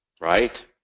Right